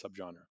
subgenre